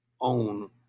own